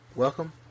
Welcome